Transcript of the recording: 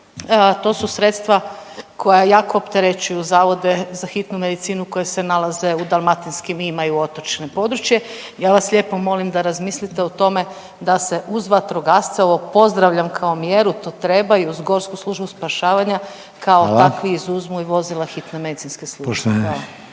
to su sredstva koja jako opterećuju zavode za hitnu medicinu koje se nalaze u dalmatinskim i imaju otočno područje. Ja vas lijepo molim da razmislite o tome da se uz vatrogasce, ovo pozdravljam kao mjeru, to treba i uz GSS kao takvi izuzmi i vozila Hitne medicinske službe.